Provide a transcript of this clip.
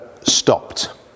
stopped